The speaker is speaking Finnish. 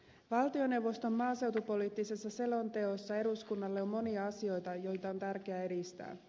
valtioneuvoston maaseutupoliittisessa selonteossa eduskunnalle on monia asioita joita on tärkeä edistää